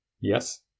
Yes